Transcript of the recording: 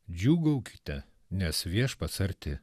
džiūgaukite nes viešpats arti